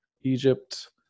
Egypt